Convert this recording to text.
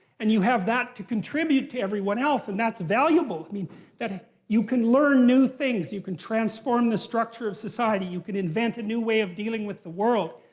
and you have that to contribute to everyone else and that's valuable. i mean that ah you can learn new things, you can transform the structure of society, you can invent a new way of dealing with the world.